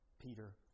Peter